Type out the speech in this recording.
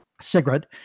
Sigrid